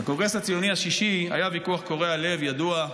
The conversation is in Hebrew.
בקונגרס הציוני השישי היה ויכוח קורע לב ידוע,